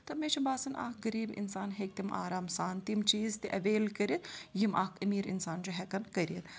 تہٕ مےٚ چھِ باسان اَکھ غریٖب اِنسان ہیٚکہِ تِم آرام سان تِم چیٖز تہِ اٮ۪ویل کٔرِتھ یِم اَکھ أمیٖر اِنسان چھُ ہٮ۪کان کٔرِتھ